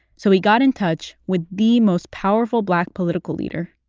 so he got in touch with the most powerful black political leader,